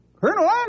Colonel